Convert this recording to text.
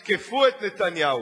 תתקפו את נתניהו,